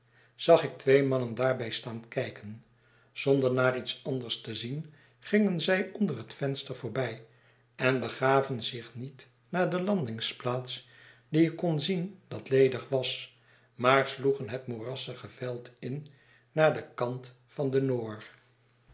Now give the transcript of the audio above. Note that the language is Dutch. zag ik twee mannen daarbij staan kijken zonder naar iets anders te zien gingen zij onder het venster voorbij en begaven zich niet naar de landingsplaats die ik kon zien dat ledigwas maar sloegen het moerassige veld in naar den kant van de n